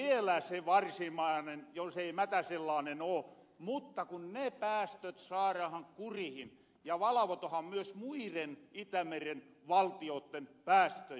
sielä se varsinaanen jos ei mätä sellaanen oo mutta kun ne päästöt saarahan kurihin ja valvotahan myös muiren itämeren valtiootteen päästöjä